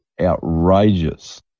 outrageous